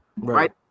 right